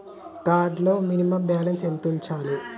Card లో minimum balance ఎంత ఉంచాలే?